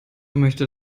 möchte